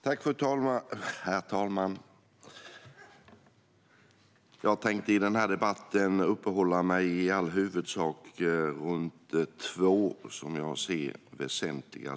Herr talman! Jag tänkte i den här debatten uppehålla mig huvudsakligen vid två saker som jag anser är väsentliga.